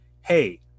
hey